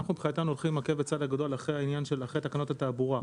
אנחנו מבחינתנו הולכים עקב בצד אגודל אחרי תקנות התעבורה,